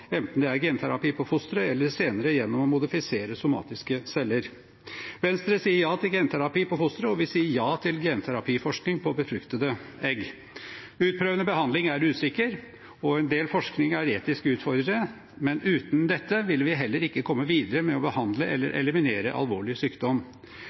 enten det er genterapi på fostre, eller senere gjennom å modifisere somatiske celler. Venstre sier ja til genterapi på fostre, og vi sier ja til genterapiforskning på befruktede egg. Utprøvende behandling er usikker, og en del forskning er etisk utfordrende, men uten dette ville vi heller ikke kommet videre med å behandle